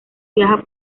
viaja